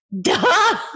Duh